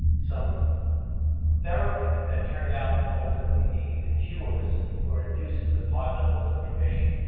some therapies that turned out to ultimately be either cures or inducers of high levels of remission.